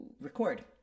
record